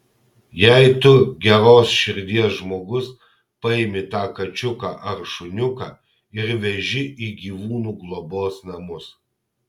jei tu geros širdies žmogus paimi tą kačiuką ar šuniuką ir veži į gyvūnų globos namus